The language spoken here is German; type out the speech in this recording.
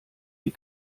die